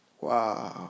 Wow